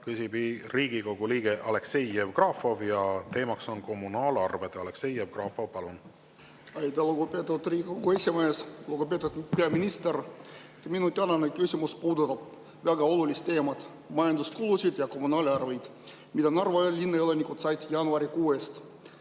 küsib Riigikogu liige Aleksei Jevgrafov ja teema on kommunaalarved. Aleksei Jevgrafov, palun! Aitäh, lugupeetud Riigikogu esimees! Lugupeetud peaminister! Minu tänane küsimus puudutab väga olulist teemat, majanduskulusid ja kommunaalarveid, mille Narva linna elanikud said jaanuarikuu eest.